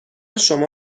شما